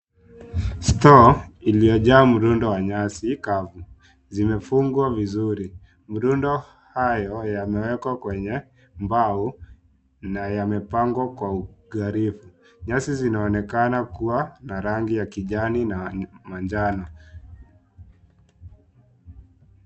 Stoo iliyojaa mrundo wa nyasi kavu zimefungwa vizuri. Mrundo hayo yamewekwa kwenye mbao na yamepangwa kwa uga refu. Nyasi zinaonekana kuwa na rangi ya kijani na manjano.